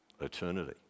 eternity